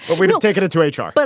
we don't take it into h r. but